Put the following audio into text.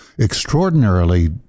extraordinarily